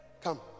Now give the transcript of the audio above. Come